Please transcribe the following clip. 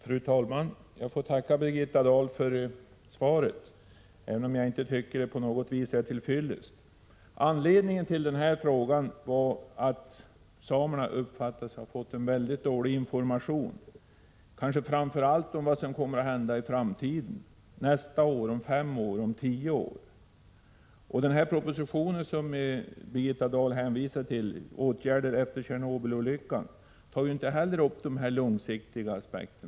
Fru talman! Jag får tacka Birgitta Dahl för svaret, även om jag inte tycker att det på något vis var till fyllest. Anledningen till min fråga är att samerna uppfattar sig ha fått en väldigt dålig information, kanske framför allt om vad som kommer att hända i framtiden; nästa år, om fem år, om tio år. Den proposition som Birgitta Dahl hänvisade till, vissa åtgärder m.m. med anledning av Tjernobylolyckan, tar ju inte heller upp dessa långsiktiga aspekter.